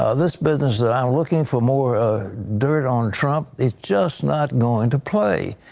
ah this business ah um looking for more dirt on trump. it's just not going to play.